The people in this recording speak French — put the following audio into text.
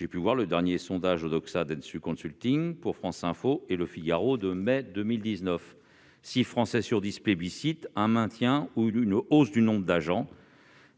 dans le cadre du sondage d'Odoxa-Backbone Consulting pour France Info et Le Figaro de mai 2019, six Français sur dix plébiscitent un maintien ou une hausse du nombre d'agents,